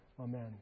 Amen